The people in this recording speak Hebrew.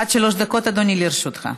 עד שלוש דקות, אדוני, לרשותך.